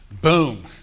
Boom